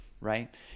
right